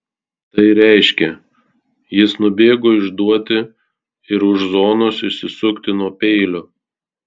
tai reiškė jis nubėgo išduoti ir už zonos išsisukti nuo peilio